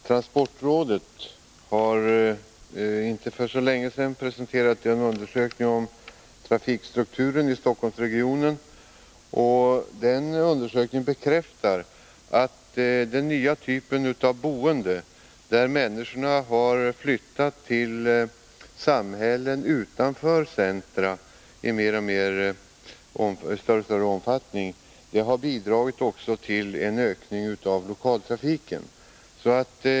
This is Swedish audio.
Transportrådet har för inte så länge sedan presenterat en Om pendeltågstra ningen bekräftar att den nya typen av boende — människor har i allt större holmsområdet, > omfattning flyttat till samhällen utanför centra — har bidragit till en ökning av mim lokaltrafiken.